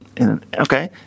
Okay